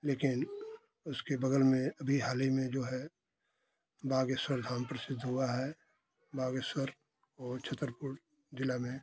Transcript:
लेकिन उसके बगल में अभी हाल ही में जो है बागेश्वर धाम प्रसिद्ध हुआ है बागेश्वर वो छतरपुर जिला में